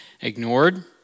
ignored